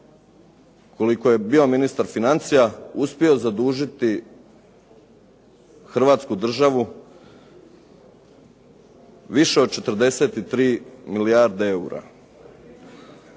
koliko je bio ministar financija, uspio zadužiti hrvatsku državu više od 43 milijarde eura.